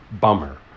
bummer